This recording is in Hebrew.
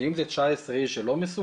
ואם זה 19 איש זה לא מסוכן?